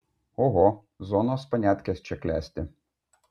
oho zonos paniatkės čia klesti